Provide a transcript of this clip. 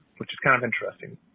which is kind of interesting.